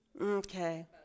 Okay